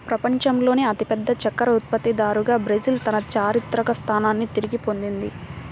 ప్రపంచంలోనే అతిపెద్ద చక్కెర ఉత్పత్తిదారుగా బ్రెజిల్ తన చారిత్రక స్థానాన్ని తిరిగి పొందింది